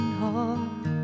heart